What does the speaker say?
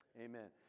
amen